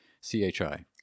C-H-I